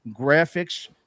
graphics